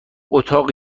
اتاق